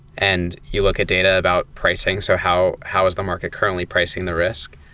and you look at data about pricing. so how how is the market currently pricing the risk?